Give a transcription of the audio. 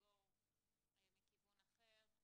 ולסגור מכיוון אחר.